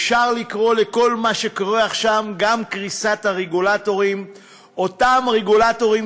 אפשר לקרוא לכל מה שקורה עכשיו גם "קריסת הרגולטורים"; אותם רגולטורים,